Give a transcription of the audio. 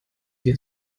wir